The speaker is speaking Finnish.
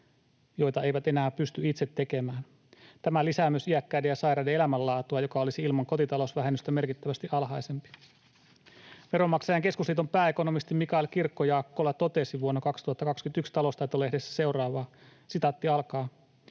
kun eivät enää pysty itse siivousta tekemään. Tämä lisää myös iäkkäiden ja sairaiden elämänlaatua, joka olisi ilman kotitalousvähennystä merkittävästi alhaisempi. Veronmaksajain Keskusliiton pääekonomisti Mikael Kirkko-Jaakkola totesi vuonna 2021 Taloustaito-lehdessä seuraavaa: